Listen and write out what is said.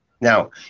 Now